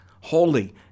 holy